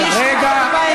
רגע,